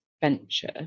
venture